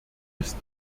ist